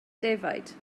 defaid